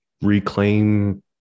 reclaim